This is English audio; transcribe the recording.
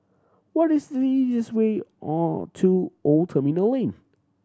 what is the easiest way or to Old Terminal Lane